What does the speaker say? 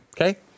Okay